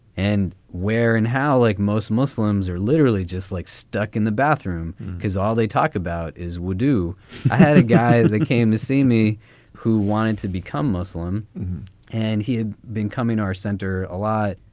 and where and how, like most muslims are literally just like stuck in the bathroom because all they talk about is wudu. i had a guy that came to see me who wanted to become muslim and he had been coming our center a lot.